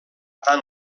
tant